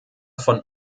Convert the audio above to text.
von